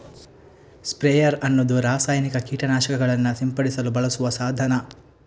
sprayer ಅನ್ನುದು ರಾಸಾಯನಿಕ ಕೀಟ ನಾಶಕಗಳನ್ನ ಸಿಂಪಡಿಸಲು ಬಳಸುವ ಸಾಧನ